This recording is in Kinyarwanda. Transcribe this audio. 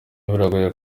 biragoye